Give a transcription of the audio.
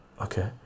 okay